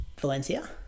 Valencia